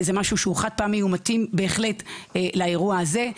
זה משהו שהוא חד פעמי והוא מתאים בהחלט לאירוע הזה.